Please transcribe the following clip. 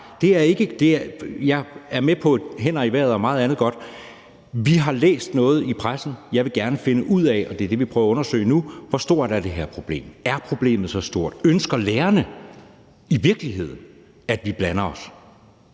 Jeg er med på »hænder i vejret« og meget andet godt. Vi har læst noget i pressen. Jeg vil gerne finde ud af, og det er det, vi prøver at undersøge nu, hvor stort det her problem er. Er problemet så stort? Ønsker lærerne i virkeligheden, at vi blander os?